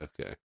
Okay